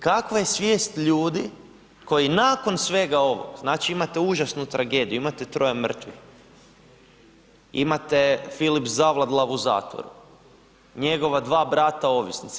Kakva je svijest ljudi koji nakon svega ovoga, znači imate užasnu tragediju, imate troje mrtvih, imate Filip Zavadlav u zatvoru, njegova dva brata ovisnici.